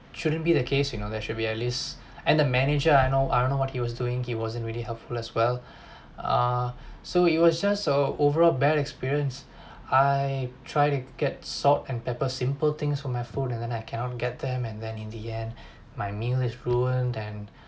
shouldn't be the case you know there should be at least and the manager I know I don't know what he was doing he wasn't really helpful as well ah so it was so overall bad experience I try to get salt and pepper simple things for my food and then I cannot get them and then in the end my meal is ruined and